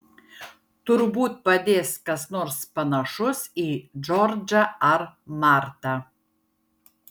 turbūt padės kas nors panašus į džordžą ar martą